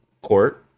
court